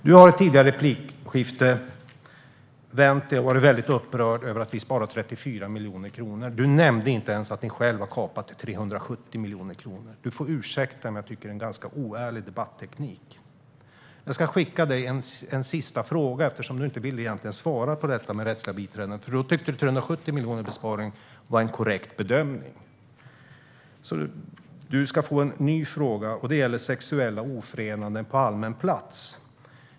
Du har i tidigare replikskifte varit väldigt upprörd över att vi sparar 34 miljoner kronor. Du nämnde inte ens att ni själva har kapat 370 miljoner kronor. Du får ursäkta mig, men jag tycker att det är en ganska oärlig debatteknik. Jag ska skicka dig en sista fråga, eftersom du inte vill svara på frågan om rättsliga biträden och tycker att de 370 miljonerna i besparing var en korrekt bedömning. Du ska få en ny fråga, och den gäller sexuella ofredanden på allmän plats.